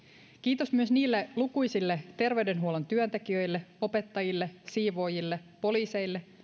kiitos myös niille lukuisille terveydenhuollon työntekijöille opettajille siivoojille poliiseille